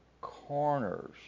corners